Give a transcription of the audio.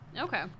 Okay